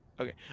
okay